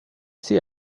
see